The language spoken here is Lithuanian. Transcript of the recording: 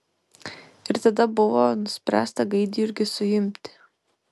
ir tada buvo nuspręsta gaidjurgį suimti